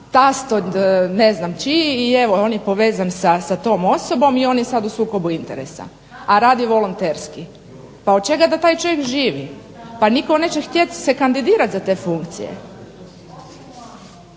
tast ne znam čiji i on je povezan sa tom osobom i on je sada u sukobu interesa, a radi volonterski. Pa od čega da taj čovjek živi? Pa nitko se neće htjeti kandidirati za te funkcije.